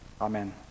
Amen